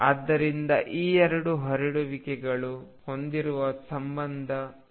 ಆದ್ದರಿಂದ ಈ ಎರಡು ಹರಡುವಿಕೆಗಳು ಹೊಂದಿರುವ ಸಂಬಂಧ ಇದು